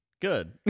Good